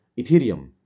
Ethereum